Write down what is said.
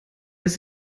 ist